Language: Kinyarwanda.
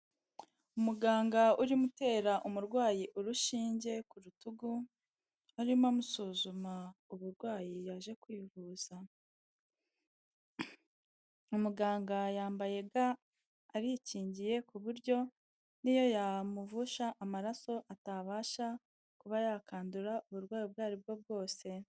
Umuganga urimo umurwayi urushinge ku rutugu, arimo amusuzuma uburwayi yaje kwivuza. Umuganga yambaye ga, arikingiye ku buryo niyo yamuvusha amaraso atabasha kuba yakwandura uburwayi ubwo ari bwo bwose.